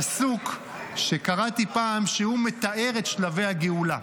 פסוק שקראתי פעם, שהוא מתאר את שלבי הגאולה.